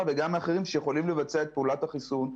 וגם אחרים שיכולים לבצע את פעולת החיסון.